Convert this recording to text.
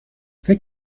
فکر